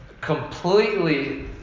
completely